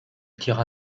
tira